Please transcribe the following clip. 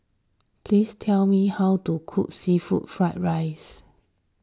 please tell me how to cook Seafood Fried Rice